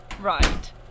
Right